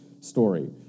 story